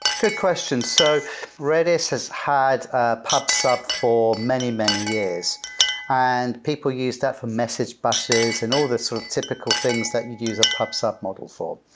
good questions. so redis has had a pub sub for many, many years and people use that for message buses and all the sort of typical things that you use a pub sub model for.